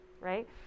right